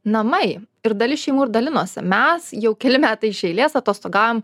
namai ir dalis šeimų ir dalinosi mes jau keli metai iš eilės atostogavom